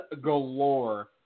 galore